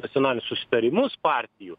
nacionalinius susitarimus partijų